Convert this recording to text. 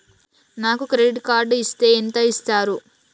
నాకు credit card ఇస్తే ఎంత ఇస్తరు?